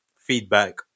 feedback